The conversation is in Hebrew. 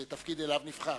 בתפקיד שאליו נבחר.